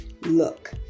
Look